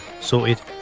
Sorted